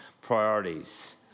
priorities